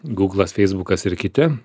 gūglas feisbukas ir kiti